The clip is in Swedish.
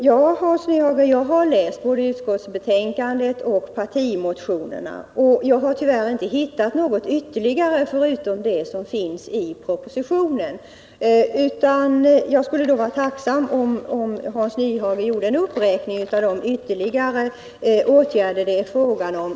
Jag har, Hans Nyhage, läst både utskottsbetänkandet och partimotionerna men tyvärr inte hittat någonting förutom det som finns i propositionen. Därför skulle jag vara tacksam om Hans Nyhage räknade upp de ytterligare åtgärder som det är fråga om.